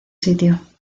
sitio